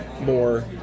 more